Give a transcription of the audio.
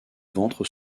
ventre